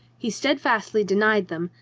he steadfastly denied them,